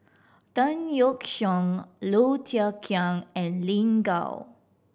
Tan Yeok Seong Low Thia Khiang and Lin Gao